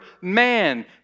man